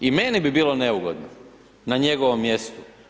I meni bi bilo neugodno na njegovom mjestu.